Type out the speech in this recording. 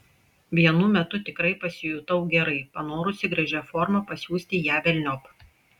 vienu metu tikrai pasijutau gerai panorusi gražia forma pasiųsti ją velniop